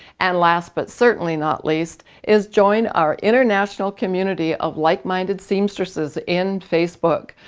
and last but certainly not least, is join our international community of like-minded seamstresses in facebook.